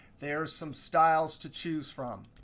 there's some styles to choose from.